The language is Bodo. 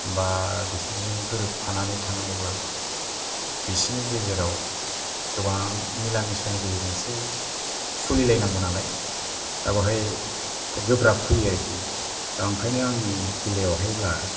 बा बिसोरजों गोरोबफानानै थानांगौब्ला बिसिनि गेजेराव गोबां मिला मिसानि गेजेरजोंसो सलिलायनांगौ नालाय दा बेवहाय गोब्राब फैयो आरोखि दा ओंखायनो आंनि बेलायावहायब्ला